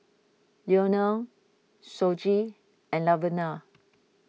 Leonel Shoji and Laverna